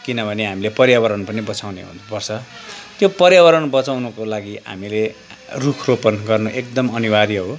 किनभने हामीले पर्यावरण पनि बचाउने हुनुपर्छ त्यो पर्यावरण बचाउनुको लागि हामीले रुख रोपन गर्नु एकदमै अनिवार्य हो